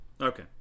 Okay